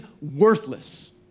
worthless